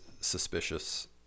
suspicious